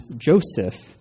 Joseph